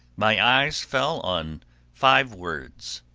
my eyes fell on five words,